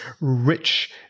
rich